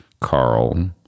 Carl